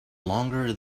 longer